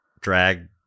drag